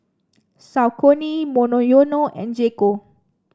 Saucony Monoyono and J Co